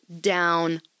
down